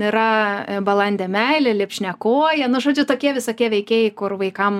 yra balandė meilė lipšniakojė nu žodžiu tokie visokie veikėjai kur vaikam